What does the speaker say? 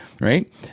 Right